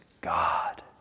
God